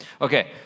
Okay